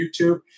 YouTube